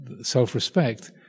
self-respect